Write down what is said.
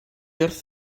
wrth